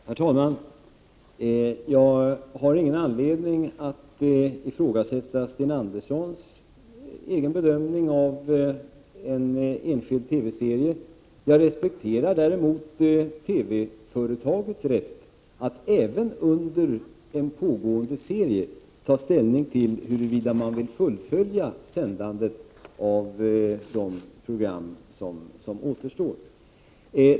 Herr talman! Jag har ingen anledning att ifrågasätta Sten Anderssons egen bedömning av en enskild TV-serie. Däremot respekterar jag TV-företagets rätt att även under en pågående serie ta ställning till huruvida man vill fullfölja sändandet av de program som återstår.